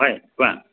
হয় কোৱা